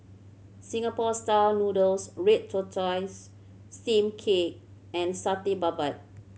Singapore Style Noodles red tortoise steamed cake and Satay Babat